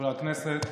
חברי הכנסת,